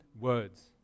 words